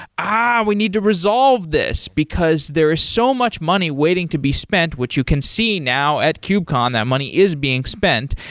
ah! we need to resolve this, because there are so much money waiting to be spent, which you can see now at cube-con. that money is being spent,